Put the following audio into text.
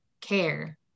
care